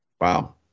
Wow